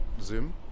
Zoom